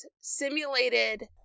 simulated